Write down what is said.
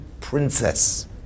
princess